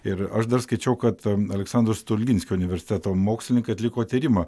ir aš dar skaičiau kad aleksandro stulginskio universiteto mokslininkai atliko tyrimą